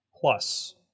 Plus